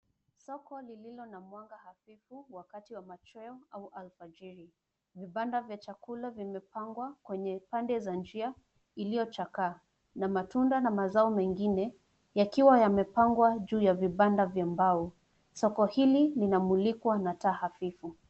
Soko lililo na mwanga hafifu wakati wa machweo au alfajiri. Vibanda vya chakula vimepangwa kwenye pande ya njia iliyo chakaa na matunda na mazao mengine yakiwa yamepangwa juu ya vibanda vya mbao. Soko hili linamulikwa na taa hafifu.